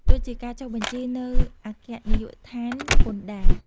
ដូចជាការចុះបញ្ជីនៅអគ្គនាយកដ្ឋានពន្ធដារ។